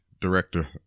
director